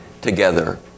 together